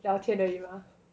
they are okay then we